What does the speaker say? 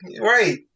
Right